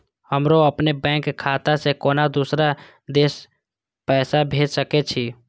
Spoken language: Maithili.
हमरो अपने बैंक खाता से केना दुसरा देश पैसा भेज सके छी?